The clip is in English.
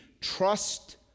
Trust